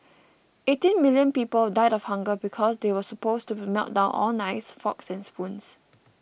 eighteen million people died of hunger because they were supposed to melt down all knives forks and spoons